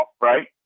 right